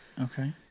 Okay